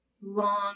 long